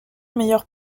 meilleur